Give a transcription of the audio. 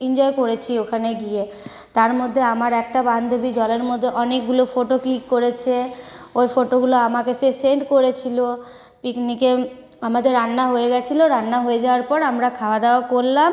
enjoy করেছি ওখানে গিয়ে তার মধ্যে আমার একটা বান্ধবী জলের মধ্যে অনেকগুলো ফোটো ক্লিক করেছে ওই ফোটোগুলো আমাকে সে সেন্ড করেছিলো পিকনিকে আমাদের রান্না হয়ে গিয়েছিলো রান্না হয়ে যাওয়ার পর আমরা খাওয়া দাওয়া করলাম